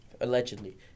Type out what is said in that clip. Allegedly